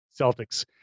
Celtics